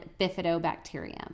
bifidobacterium